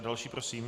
Další prosím.